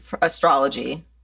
astrology